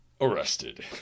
Arrested